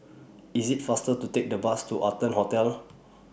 IS IT faster to Take The Bus to Arton Hotel